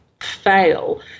fail